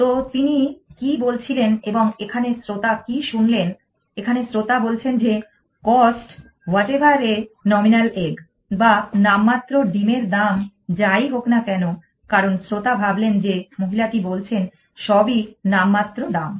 তো তিনি কি বলছিলেন এবং এখানে শ্রোতা কি শুনলেন এখানে শ্রোতা বলছেন যে cost whatever a nominal egg বা নামমাত্র ডিমের দাম যাই হোক না কেন কারণ শ্রোতা ভাবলেন যে মহিলাটি বলছেন সবই নামমাত্র দাম